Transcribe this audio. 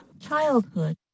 Childhood